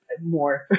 more